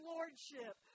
Lordship